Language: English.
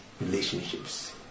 relationships